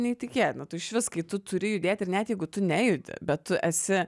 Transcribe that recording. neįtikėtina tu išvis kai tu turi judėt ir net jeigu tu nejudi bet tu esi